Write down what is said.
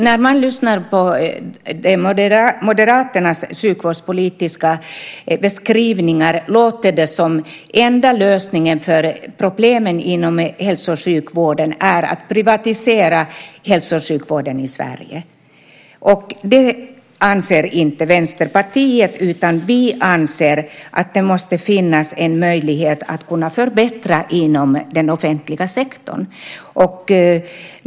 När man lyssnar på Moderaternas sjukvårdspolitiska beskrivningar låter det som att den enda lösningen på problemen inom hälso och sjukvården är att privatisera hälso och sjukvården i Sverige. Det anser inte Vänsterpartiet, utan vi anser att det måste finnas en möjlighet att förbättra inom den offentliga sektorn.